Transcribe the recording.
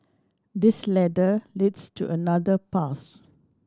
this ladder leads to another path